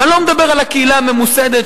ואני לא מדבר על הקהילה הממוסדת,